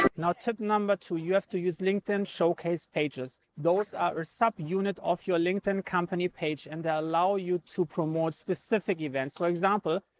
now tip number two, you have to use linkedin showcase pages. those are subunits of your linkedin company page, and they'll allow you to promote specific events. for example,